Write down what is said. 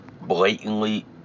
blatantly